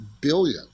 billion